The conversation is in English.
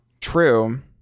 True